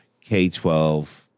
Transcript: K-12